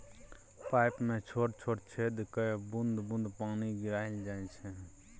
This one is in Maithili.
पाइप मे छोट छोट छेद कए बुंद बुंद पानि गिराएल जाइ छै